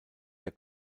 der